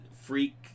freak